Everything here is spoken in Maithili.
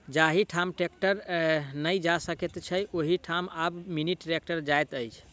जाहि ठाम ट्रेक्टर नै जा सकैत छलै, ओहि ठाम आब मिनी ट्रेक्टर जाइत अछि